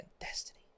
Destiny